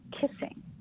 kissing